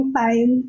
time